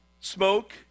smoke